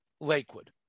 Lakewood